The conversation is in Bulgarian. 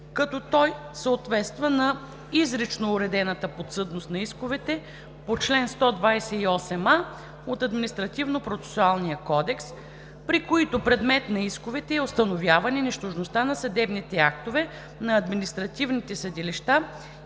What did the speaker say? като той съответства на изрично уредената подсъдност на исковете по чл. 128а от Административнопроцесуалния кодекс, при които предмет на исковете е установяване нищожността на съдебните актове на административните съдилища